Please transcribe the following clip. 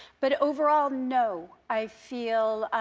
but overall, no. i feel